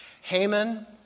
Haman